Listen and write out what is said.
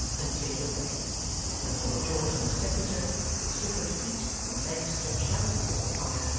and cleared away and lord george and his secretary, with slippered feet, and legs stretched out before the fire,